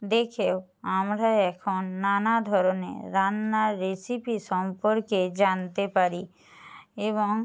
দেখেও আমরা এখন নানা ধরনের রান্নার রেসিপি সম্পর্কে জানতে পারি এবং